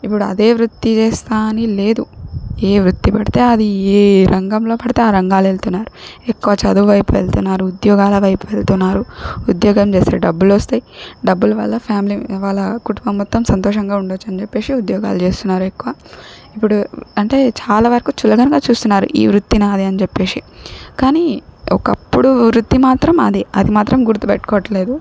ఇప్పుడు అదే వృత్తి చేస్తా అని లేదు ఏ వృత్తి పడితే అది ఏ రంగంలో పడితే ఆ రంగాలెళ్తున్నారు ఎక్కువ చదువు వైపు వెళ్తున్నారు ఉద్యోగాల వైపు వెళ్తున్నారు ఉద్యోగం చేస్తే డబ్బులొస్తాయ్ డబ్బులు వల్ల ఫ్యామిలీ వాళ్ళ కుటుంబం మొత్తం సంతోషంగా ఉండొచ్చు అని చెప్పేసి ఉద్యోగాలు చేస్తున్నారు ఎక్కువ ఇప్పుడు అంటే చాలా వరకు చులకనగా చూస్తున్నారు ఈ వృత్తి నాదే అని చెప్పేషి కానీ ఒకప్పుడు వృత్తి మాత్రం అదే అది మాత్రం గుర్తుపెట్టుకోవట్లేదు